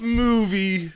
movie